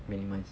minimize